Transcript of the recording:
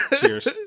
Cheers